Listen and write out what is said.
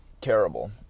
terrible